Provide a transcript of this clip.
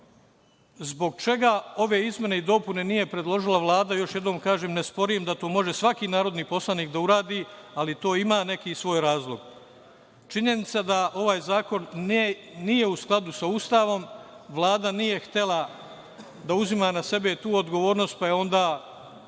zbog čega ove izmene i dopune nije predložila Vlada. Još jednom kažem, ne sporim da to može svaki narodni poslanik da uradi, ali to ima neki svoj razlog. Činjenica da ovaj zakon nije u skladu sa Ustavom, Vlada nije htela da uzima na sebe tu odgovornost, pa je onda